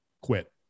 quit